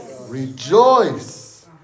Rejoice